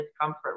discomfort